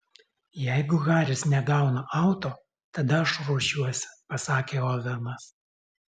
jeigu haris negauna auto tada aš ruošiuosi pasakė ovenas